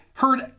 heard